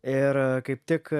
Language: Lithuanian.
ir kaip tik